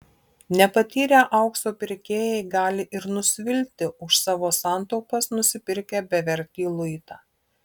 nepatyrę aukso pirkėjai gali ir nusvilti už savo santaupas nusipirkę bevertį luitą